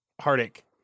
heartache